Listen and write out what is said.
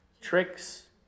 tricks